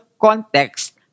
context